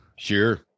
Sure